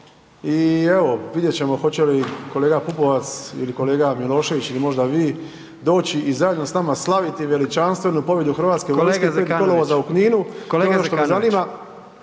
i evo, vidjet ćemo hoće li kolega Pupovac ili kolega Milošević ili možda bi doći i zajedno s nama slaviti veličanstvenu pobjedu hrvatske .../Upadica: Kolega